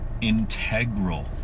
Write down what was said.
integral